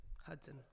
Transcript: Hudson